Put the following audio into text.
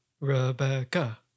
Rebecca